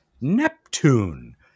Neptune